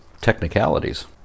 technicalities